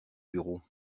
bureau